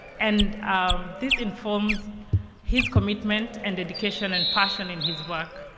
and this informs his commitment, and dedication, and passion in his work.